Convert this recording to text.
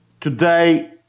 today